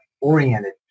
oriented